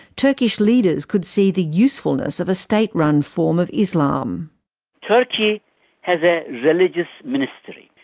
turkish leaders could see the usefulness of a state-run form of islam turkey has a religious ministry,